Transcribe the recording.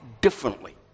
differently